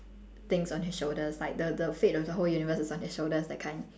things on his shoulders like the the fate of the whole universe is on his shoulders that kind